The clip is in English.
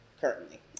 currently